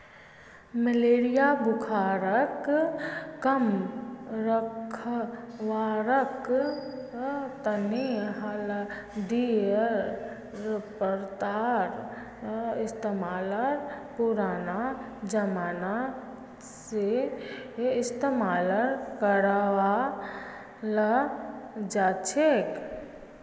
malaria बुखारक कम करवार तने हल्दीर पत्तार इस्तेमाल पुरना जमाना स इस्तेमाल कराल जाछेक